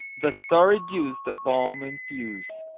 the starry dews that balm infuse,